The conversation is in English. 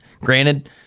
Granted